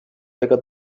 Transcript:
ega